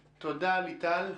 תודה, ליטל.